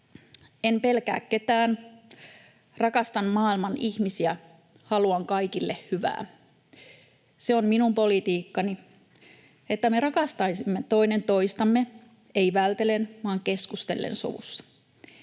”En pelkää ketään. Rakastan maailman ihmisiä, haluan kaikille hyvää, se on minun politiikkani, että me rakastaisimme toinen toistamme, ei väitellen vaan keskustellen sovussa.